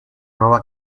nueva